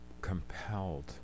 compelled